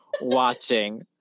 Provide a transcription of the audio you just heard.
watching